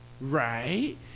right